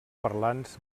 parlants